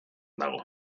dago